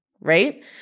right